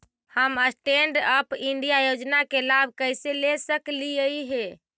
हम stand up India योजना के लाभ कइसे ले सकलिअई हे